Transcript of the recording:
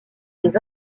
des